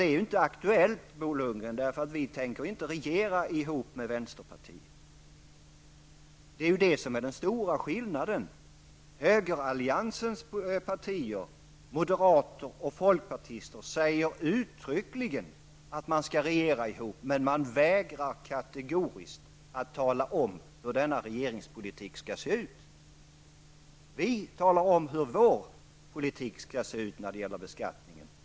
Det är inte aktuellt, Bo Lundgren, eftersom vi inte tänker regera ihop med vänsterpartiet. Det är den stora skillnaden. Högeralliansens partier, moderater och folkpartister, säger uttryckligen att de skall regera ihop. Men de vägrar kategoriskt att tala om hur denna regeringspolitik skall se ut. Vi däremot talar om hur vår politik skall se ut i fråga om beskattningen.